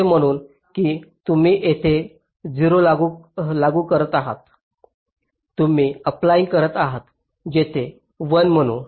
असे म्हणूया की तुम्ही येथे 0 लागू करत आहात तुम्ही अप्पलयींग करत आहात येथे 1 म्हणा